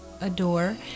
adore